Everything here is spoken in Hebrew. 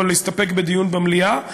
או להסתפק בדיון במליאה,